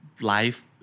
life